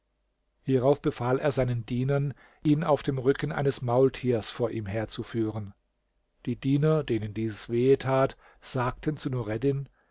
hierauf befahl er seinen dienern ihn auf dem rücken eines maultiers vor ihm herzuführen die diener denen dies wehe tat sagten zu nureddin